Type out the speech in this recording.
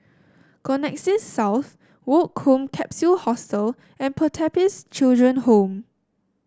Connexis South Woke Home Capsule Hostel and Pertapis Children Home